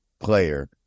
player